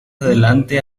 adelante